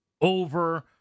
over